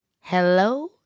Hello